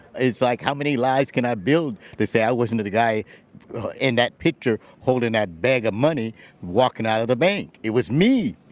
it's like how many lies can i build? they say i wasn't the guy in that picture holding that bag of money walking out of the bank. it was me